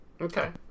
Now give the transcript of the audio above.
Okay